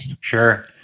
Sure